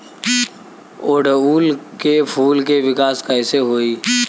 ओड़ुउल के फूल के विकास कैसे होई?